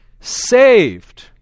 saved